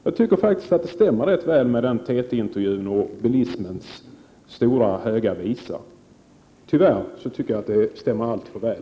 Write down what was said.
Jag tycker faktiskt att det som står i TT-intervjun stämmer ganska väl i fråga om bilismens stora Höga visa. Tyvärr tycker jag att det stämmer alltför väl.